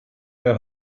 mehr